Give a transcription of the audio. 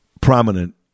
prominent